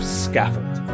scaffold